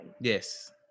Yes